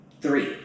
three